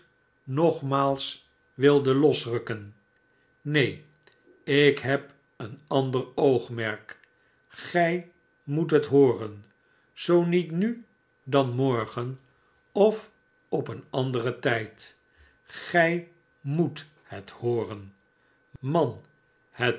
nogmaals wilde losrukken neen ik heb een ander oogmerk gij moet het hooren zoo niet nu dan morgen of op een anderen tijd gij moet het hooren man